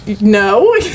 No